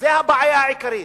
זו הבעיה העיקרית.